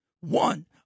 one